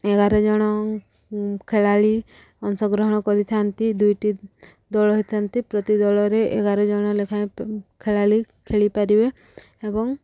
ଏଗାର ଜଣ ଖେଳାଳି ଅଂଶଗ୍ରହଣ କରିଥାନ୍ତି ଦୁଇଟି ଦଳ ହେଇଥାନ୍ତି ପ୍ରତି ଦଳରେ ଏଗାର ଜଣ ଲେଖାଏଁ ଖେଳାଳି ଖେଳିପାରିବେ ଏବଂ